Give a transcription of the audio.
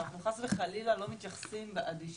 אנחנו חס וחלילה לא מתייחסים באדישות